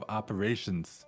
operations